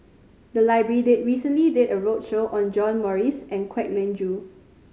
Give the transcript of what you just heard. the library did recently did a roadshow on John Morrice and Kwek Leng Joo